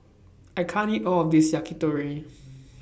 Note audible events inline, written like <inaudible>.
I can't eat All of This Yakitori <noise>